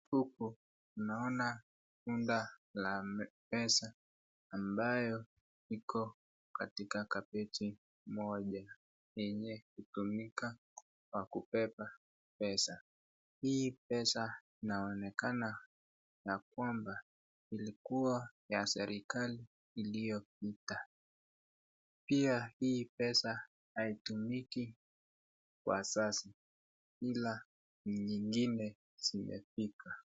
Huku naona runda la pesa ambayo iko katika kibeti moja yenye hutumika kwa kubeba pesa. Hii pesa inaonekana ya kwamba ilikuwa ya serikali iliyopita. Pia hii pesa haitumiki kwa sasa ila nyingine zimefika.